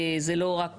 זה לא רק,